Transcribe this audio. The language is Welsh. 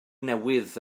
newydd